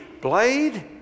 blade